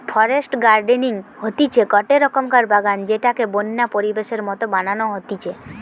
forest gardening হতিছে গটে রকমকার বাগান যেটাকে বন্য পরিবেশের মত বানানো হতিছে